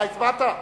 הצבעת?